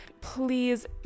please